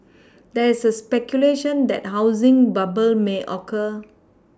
there is speculation that housing bubble may occur